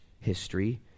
history